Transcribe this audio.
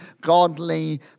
godly